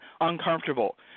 uncomfortable